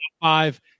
five